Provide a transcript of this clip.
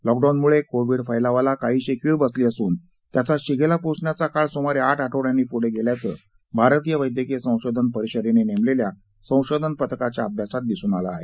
लॉकडाऊनमुळे कोविड फैलावाला काहिशी खीळ बसली असून त्याचा शिगेला पोहोचण्याचा काळ सुमारे आठ आठवड्यांनी पुढे गेला असल्याचं भारतीय वैद्यकीय संशोधन परिषदेनं नेमलेल्या संशोधन पथकाच्या अभ्यासात दिसून आलं आहे